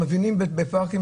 מבינים בפארקים,